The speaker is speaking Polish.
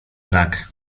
brak